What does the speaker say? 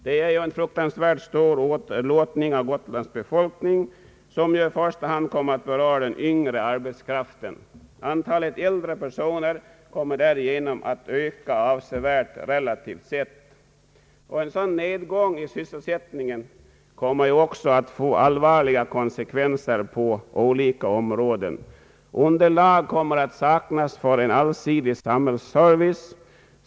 Det är en fruktansvärt stor åderlåtning av Gotlands befolkning, som i första hand kommer att beröra den yngre arbetskraften. Antalet äldre personer kommer därigenom att öka avsevärt relativt sett. En sådan nedgång i sysselsättningen kommer också att få allvarliga konsekvenser på olika områden. Underlag kommer att saknas för en allsidig samhällsservice.